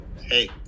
Hey